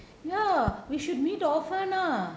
ya we should meet often ah